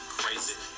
crazy